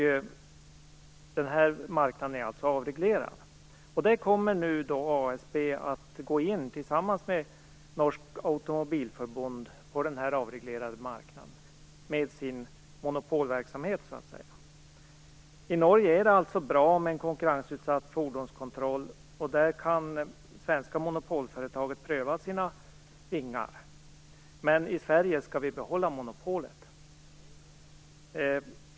Den här marknaden är alltså avreglerad. Nu kommer ASB med sin monopolverksamhet att gå in på den här avreglerade marknaden tillsammans med Norsk Automobil-Forbund. I Norge är det alltså bra med en konkurrensutsatt fordonskontroll, och där kan det svenska monopolföretaget pröva sina vingar. Men i Sverige skall vi behålla monopolet.